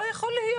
לא יכול להיות.